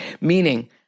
Meaning